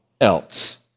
else